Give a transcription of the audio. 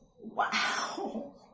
Wow